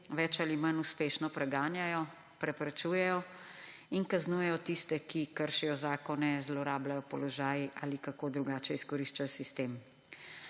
več ali manj uspešno preganjajo, preprečujejo in kaznujejo tiste, ki kršijo zakone, zlorabljajo položaj ali kako drugače izkoriščajo sistem.